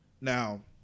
Now